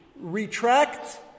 retract